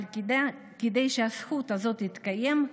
אבל כדי שהזכות הזאת תתקיים,